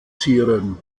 zieren